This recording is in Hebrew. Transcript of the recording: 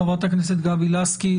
חברת הכנסת גבי לסקי,